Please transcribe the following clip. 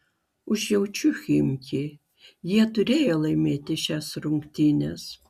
užjaučiu chimki jie turėjo laimėti šias rungtynes